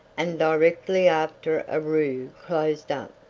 and directly after aroo closed up,